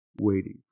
waiting